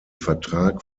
vertrag